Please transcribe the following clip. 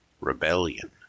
rebellion